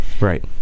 right